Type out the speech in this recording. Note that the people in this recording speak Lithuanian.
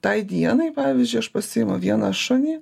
tai dienai pavyzdžiui aš pasiimu vieną šunį